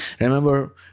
Remember